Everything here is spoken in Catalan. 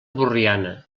borriana